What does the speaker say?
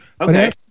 Okay